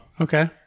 Okay